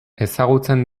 ezagutzen